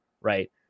right